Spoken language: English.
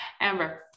Amber